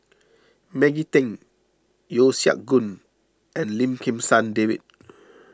Maggie Teng Yeo Siak Goon and Lim Kim San David